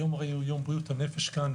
היום הרי הוא יום בריאות הנפש כאן,